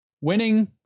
winning